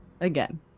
again